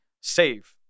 save